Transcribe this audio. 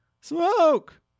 smoke